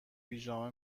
پیژامه